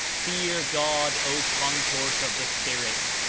fear god, o concourse of the spirit,